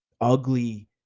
ugly